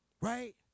right